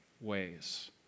ways